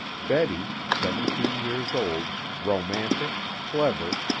betty, seventeen years old, romantic, clever,